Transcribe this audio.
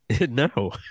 No